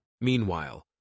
Meanwhile